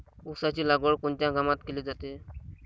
ऊसाची लागवड कोनच्या हंगामात केली जाते?